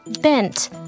bent